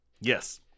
Yes